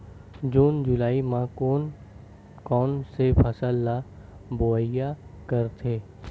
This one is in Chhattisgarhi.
जून जुलाई म कोन कौन से फसल ल बोआई करथे?